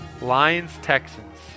Lions-Texans